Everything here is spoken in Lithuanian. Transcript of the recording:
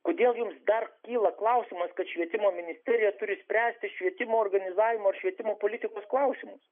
kodėl jums dar kyla klausimas kad švietimo ministerija turi spręsti švietimo organizavimo ar švietimo politikos klausimus